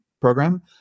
program